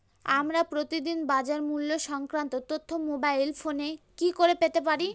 আমরা প্রতিদিন বাজার মূল্য সংক্রান্ত তথ্য মোবাইল ফোনে কি করে পেতে পারি?